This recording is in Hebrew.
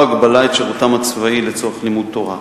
הגבלה את שירותם הצבאי לצורך לימוד תורה.